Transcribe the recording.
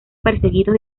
perseguidos